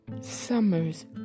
Summers